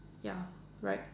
ya right